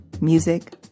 music